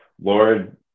Lord